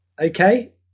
Okay